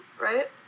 right